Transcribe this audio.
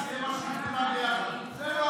בשם הממשלה ישיב השר במשרד האוצר חמד עמאר, בבקשה.